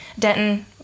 Denton